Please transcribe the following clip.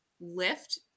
lift